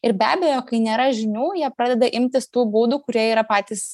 ir be abejo kai nėra žinių jie pradeda imtis tų būdų kurie yra patys